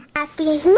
Happy